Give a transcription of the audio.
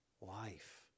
life